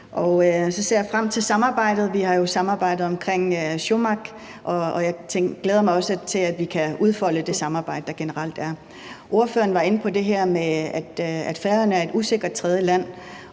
så ser jeg frem til samarbejdet. Vi har jo samarbejdet om Sjómaq, og jeg glæder mig også til, at vi kan udfolde det samarbejde, der generelt er. Ordføreren var inde på det her med, at Færøerne er et usikkert tredjeland,